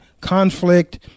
conflict